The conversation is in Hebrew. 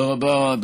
תודה רבה.